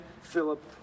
Philip